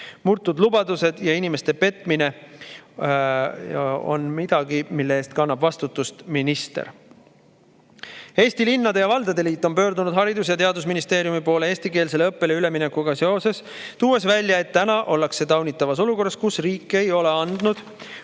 Murtud lubadused ja inimeste petmine on midagi, mille eest kannab vastutust minister. Eesti Linnade ja Valdade Liit on pöördunud Haridus- ja Teadusministeeriumi poole eestikeelsele õppele üleminekuga seoses, tuues välja, et täna ollakse taunitavas olukorras, kus riik ei ole andnud